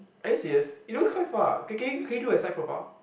are you serious you look quite far can you can you do a side profile